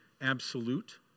absolute